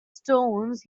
stones